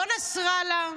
לא נסראללה,